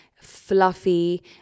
fluffy